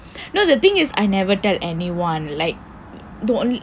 no the thing is I never tell anyone